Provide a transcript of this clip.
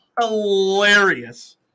hilarious